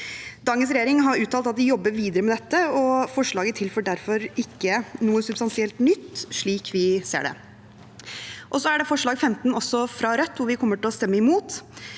Dagens regjering har uttalt at de jobber videre med dette, og forslaget tilfører derfor ikke noe substansielt nytt, slik vi ser det. Så er det forslag nr. 15, også fra Rødt, som vi kommer til å stemme imot